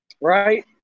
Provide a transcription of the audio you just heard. right